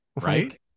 Right